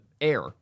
air